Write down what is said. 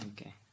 Okay